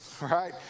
right